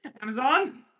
Amazon